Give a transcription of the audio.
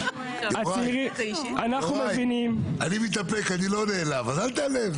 יוראי, אני מתאפק, אני לא נעלב, אז אל תיעלב.